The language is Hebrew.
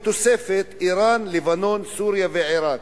בתוספת: אירן, לבנון, סוריה ועירק.